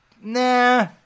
nah